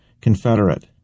confederate